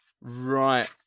Right